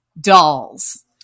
dolls